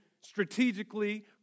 strategically